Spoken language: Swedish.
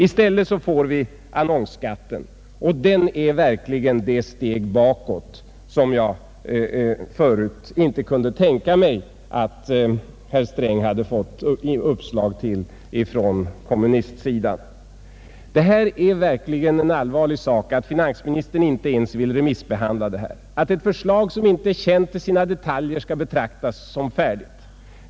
I stället får vi annonsskatten, och den är verkligen ett steg bakåt som jag förut inte kunde tänka mig att herr Sträng hade fått uppslag till från kommunistsidan. Det är verkligen en allvarlig sak att finansministern inte ens vill remissbehandla denna fråga, att ett förslag som inte ens är känt i sina detaljer skall behandlas som färdigt.